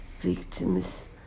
victims